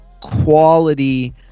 quality